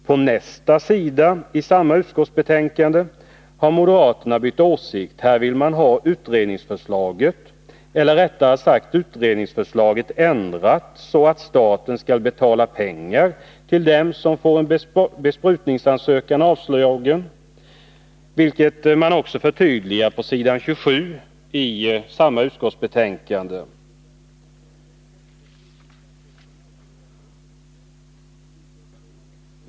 På nästa sida i samma utskottsbetänkande har moderaterna bytt åsikt. Här vill man ansluta sig till utredningsförslaget — eller rättare sagt få det ändrat så, att staten skall betala pengar till den som får en besprutningsansökan avslagen, vilket man också förtydligar på s. 27 i samma utskottsbetänkande.